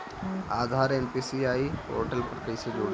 आधार NPCI portal पर कईसे जोड़ी?